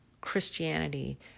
Christianity